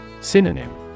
Synonym